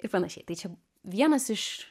ir panašiai tai čia vienas iš